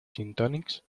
gintonics